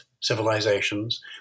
civilizations